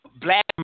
black